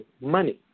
money